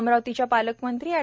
अमरावतीच्या पालकमंत्री अँड